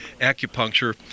Acupuncture